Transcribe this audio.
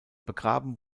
begraben